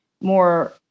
more